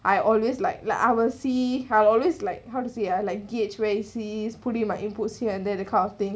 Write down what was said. I always like like I will see I always like how to say ah like gateway sees put in my inputs here and that kind of thing